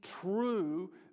true